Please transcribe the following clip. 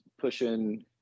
pushing